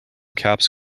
caps